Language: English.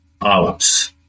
out